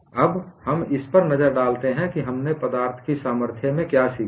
अब हम इस पर नजर डालते हैं कि हमने पदार्थ की सामर्थ्य में क्या सीखा है